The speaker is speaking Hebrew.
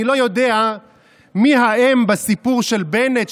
אני לא יודע מי האם בסיפור של בנט,